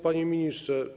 Panie Ministrze!